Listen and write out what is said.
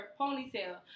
ponytail